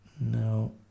No